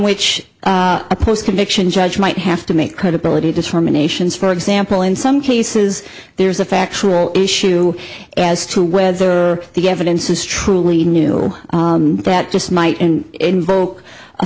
which a post conviction judge might have to make credibility determinations for example in some cases there's a factual issue as to whether the evidence is truly new that just might invoke a